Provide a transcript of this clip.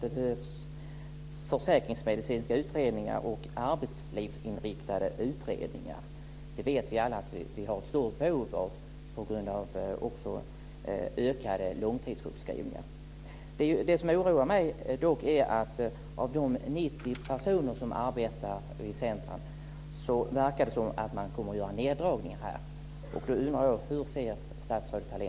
Det behövs försäkringsmedicinska utredningar och arbetslivsinriktade utredningar. Det vet vi alla att vi har ett stort behov av också på grund av ökade långtidssjukskrivningar. Det som dock oroar mig är att det verkar som om man kommer att göra neddragningar när det gäller de